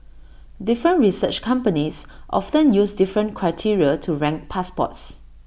different research companies often use different criteria to rank passports